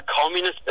communist